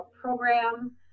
program